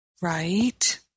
Right